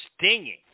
stinging